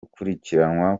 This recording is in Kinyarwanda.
gukurikiranwa